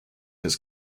his